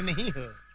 and here?